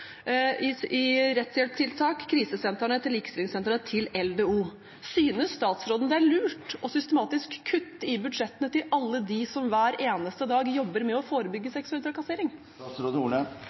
i rettshjelpstiltak, krisesentrene, likestillingssentrene og LDO, Likestillings- og diskrimineringsombudet. Synes statsråden det er lurt systematisk å kutte i budsjettene til alle dem som hver eneste dag jobber med å forebygge